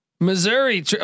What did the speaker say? Missouri